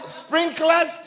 sprinklers